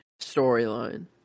storyline